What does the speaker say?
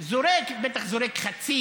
זורק, בטח זורק חצץ